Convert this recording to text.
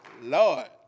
Lord